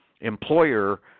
employer